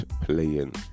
playing